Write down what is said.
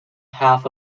half